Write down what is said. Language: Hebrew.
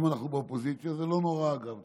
זה לא נורא, אגב.